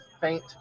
faint